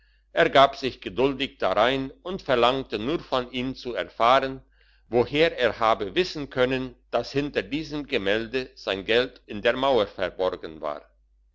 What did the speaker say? ergab sich geduldig darein und verlangte nur von ihm zu erfahren woher er habe wissen können dass hinter diesem gemälde sein geld in der mauer verborgen war